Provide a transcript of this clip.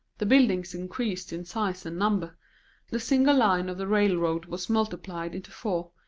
the buildings increased in size and number the single line of the railroad was multiplied into four,